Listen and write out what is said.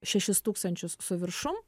šešis tūkstančius su viršum